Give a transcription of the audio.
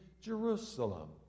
Jerusalem